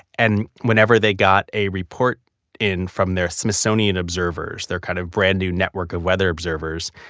and whenever they got a report in from their smithsonian observers, they're kind of brand new network of weather observers,